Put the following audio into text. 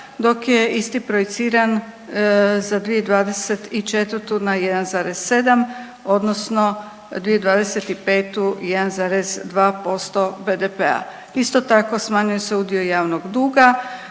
dok je isti projiciran za 2024. na 1,7 odnosno 2025. 1,2% BDP-a. Isto tako smanjuje se udio javnog duga,